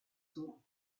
sourds